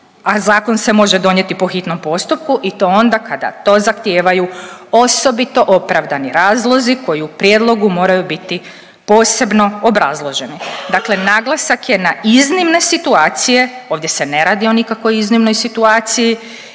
a zakon se može donijeti po hitnom postupku i to onda kada to zahtijevaju osobito opravdani razlozi koji u prijedlogu moraju biti posebno obrazloženi. Dakle, naglasak je na iznimne situacije, ovdje se ne radi o nikakvoj iznimnoj situaciji